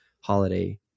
holiday